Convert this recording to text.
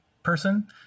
person